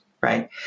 right